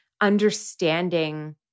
understanding